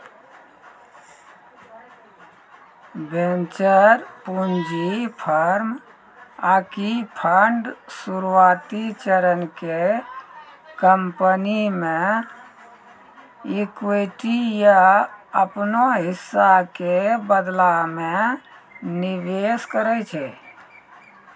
venture पूंजी firm आकि fund शुरुआती चरण के कंपनी मे इक्विटी या अपनो हिस्सा के बदला मे निवेश करै छै